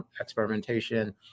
experimentation